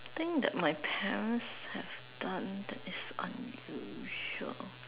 something that my parents have done that is unusual